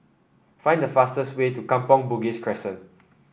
find the fastest way to Kampong Bugis Crescent